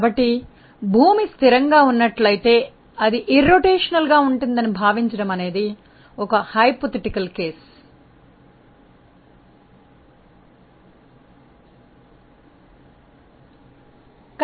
కాబట్టి భూమి స్థిరంగా ఉన్నట్లయితే అది భ్రమణ రహితంగా ఉంటుందని భావించడం ఒక ఊహాత్మక సందర్భం